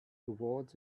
toward